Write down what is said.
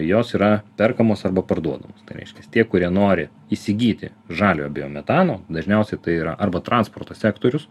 jos yra perkamos arba parduodamos tai reiškias tie kurie nori įsigyti žaliojo biometano dažniausiai tai yra arba transporto sektorius